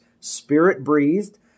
Spirit-breathed